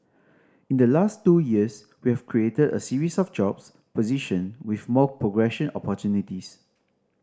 in the last two years we have created a series of jobs position with more progression opportunities